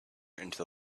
into